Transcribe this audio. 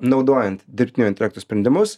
naudojant dirbtinio intelekto sprendimus